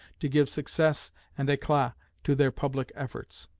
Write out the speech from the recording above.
to give success and eclat to their public efforts.